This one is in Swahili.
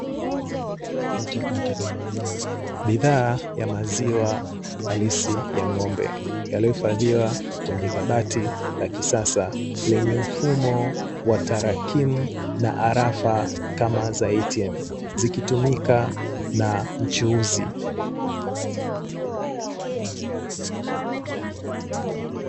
Bidhaa ya maziwa halisi ya ng'ombe ,yaliyohifadhiwa kwenye kabati la kisasa lenye mfumo wa tarakimu na arafa kama za "a t m" zikitumika na mchuuzi.